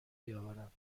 بیاورند